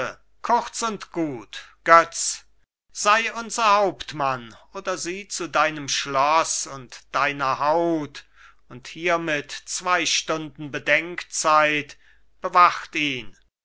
kurz und gut götz sei unser hauptmann oder sieh zu deinem schloß und deiner haut und hiermit zwei stunden bedenkzeit bewacht ihn